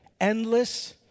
Endless